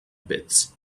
pits